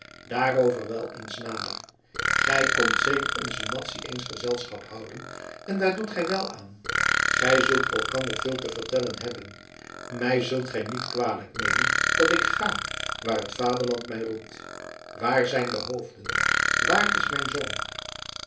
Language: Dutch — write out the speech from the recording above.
daarover wel eens nader gij komt zeker onze madzy eens gezelschap houden en daar doet gij wel aan gij zult elkander veel te vertellen hebben mij zult gij niet kwalijk nemen dat ik ga waar het vaderland mij roept waar zijn de hoofden waar is mijn zoon